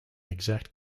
exact